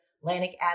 Atlantic